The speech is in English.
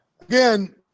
Again